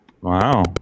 Wow